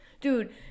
dude